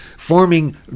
forming